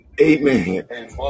Amen